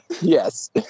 Yes